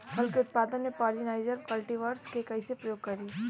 फल के उत्पादन मे पॉलिनाइजर कल्टीवर्स के कइसे प्रयोग करी?